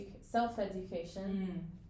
self-education